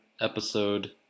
episode